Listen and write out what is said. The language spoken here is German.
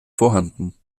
vorhanden